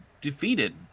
defeated